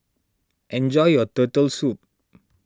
enjoy your Turtle Soup